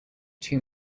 two